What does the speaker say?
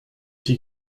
die